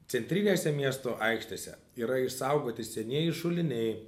centrinėse miesto aikštėse yra išsaugoti senieji šuliniai